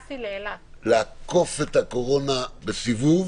לעקוף את הקורונה בסיבוב